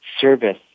service